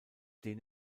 den